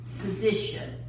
position